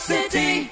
City